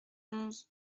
onze